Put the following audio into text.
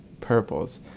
purples